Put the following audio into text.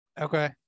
Okay